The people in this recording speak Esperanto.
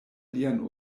lian